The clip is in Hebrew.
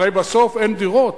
הרי בסוף אין דירות.